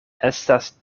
estas